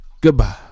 Goodbye